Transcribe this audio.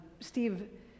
Steve